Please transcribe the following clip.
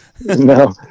No